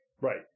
Right